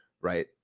Right